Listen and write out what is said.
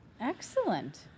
Excellent